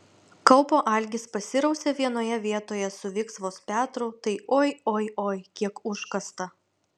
kaupo algis pasirausė vienoje vietoje su viksvos petru tai oi oi oi kiek užkasta